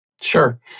Sure